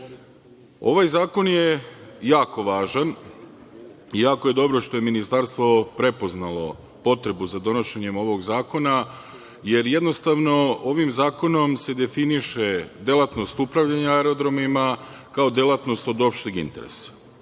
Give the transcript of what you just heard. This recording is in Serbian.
Ovaj zakon je jako važan i jako je dobro što je Ministarstvo prepoznalo potrebu za donošenjem ovog zakona jer, jednostavno, ovim zakonom se definiše delatnost upravljanja aerodromima kao delatnost od opšteg interesa.